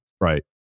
right